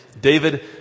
David